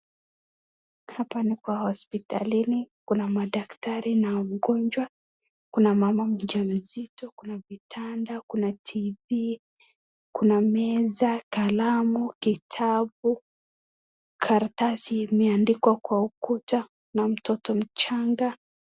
Hapa ni kwa hospitalini, kuna madaktari na mgonjwa. Kuna mama mjamzito, kuna vitanda, kuna tv , kuna meza, kalamu, kitabu, karatasi imeandikwa kwa ukuta na mtoto mchanga.